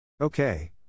Okay